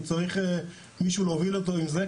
הוא צריך מישהו להוביל אותו עם זה,